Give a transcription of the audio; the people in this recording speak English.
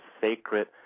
sacred